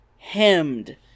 hemmed